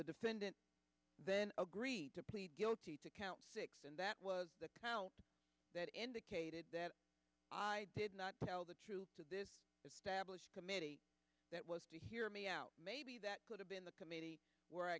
the defendant then agreed to plead guilty to count six and that was the count that indicated that i did not tell the truth to this established committee that was to hear me out maybe that could have been the committee where i